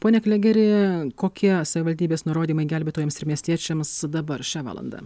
ponia klėgeri kokie savivaldybės nurodymai gelbėtojams ir miestiečiams dabar šią valandą